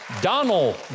Donald